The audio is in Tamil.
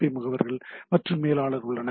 பி முகவர்கள் மற்றும் மேலாளர் உள்ளது